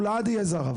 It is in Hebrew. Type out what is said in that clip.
הוא לעד יהיה זר.